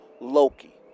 Loki